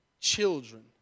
children